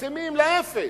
מצטמצמים לאפס.